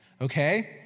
Okay